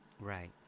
Right